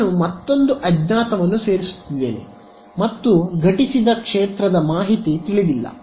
ನಾನು ಮತ್ತೊಂದು ತಿಳಿಯದ ವೇರಿಯಬಲ್ ಅನ್ನು ಸೇರಿಸುತ್ತಿದ್ದೇನೆ ಮತ್ತು ಘಟಿಸಿದ ಕ್ಷೇತ್ರದ ಮಾಹಿತಿ ತಿಳಿದಿಲ್ಲ